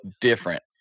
different